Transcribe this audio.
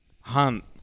Hunt